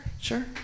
Sure